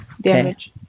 damage